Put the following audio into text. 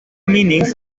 meanings